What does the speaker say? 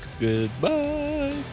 Goodbye